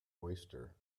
oyster